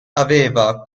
aveva